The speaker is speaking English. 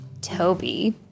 Toby